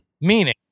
Meaning